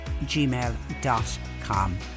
gmail.com